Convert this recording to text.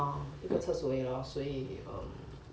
ah 一个厕所而已 lor 所以 err